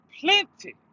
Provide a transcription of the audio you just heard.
plenty